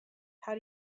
how